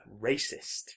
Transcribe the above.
Racist